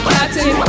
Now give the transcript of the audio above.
Captain